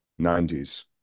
90s